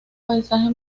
paisaje